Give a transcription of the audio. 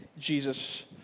Jesus